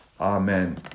Amen